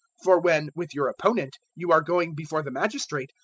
for when, with your opponent, you are going before the magistrate,